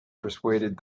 persuaded